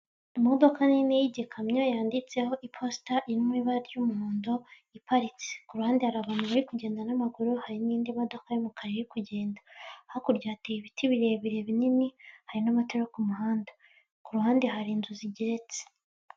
Imodoka nini y'igikamyo yanditseho iposita iri mu ibara ry'umuhondo iparitse, ku ruhande hari abantu bari kugenda n'amaguru, hari n'indi modoka y'umukara iri kugenda, hakurya yateye ibiti birebire binini, hari n'amatara yo muhanda, ku ruhande hari inzu zigeretse.